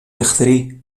εχθροί